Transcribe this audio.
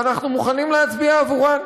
ואנחנו מוכנים להצביע עבורן.